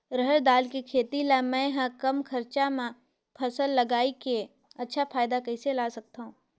रहर दाल के खेती ला मै ह कम खरचा मा फसल ला लगई के अच्छा फायदा कइसे ला सकथव?